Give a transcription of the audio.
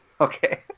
Okay